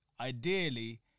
ideally